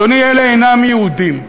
אדוני, אלה אינם יהודים.